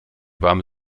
warme